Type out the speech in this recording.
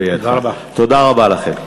תודה רבה לכם.